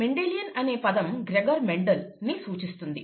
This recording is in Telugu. మెండిలియన్ అనే పదం గ్రెగొర్ మెండల్ ని సూచిస్తుంది